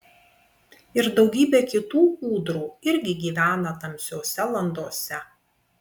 ir daugybė kitų ūdrų irgi gyvena tamsiose landose